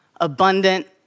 abundant